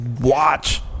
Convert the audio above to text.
watch